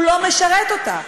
הוא לא משרת אותה,